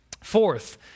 Fourth